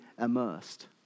immersed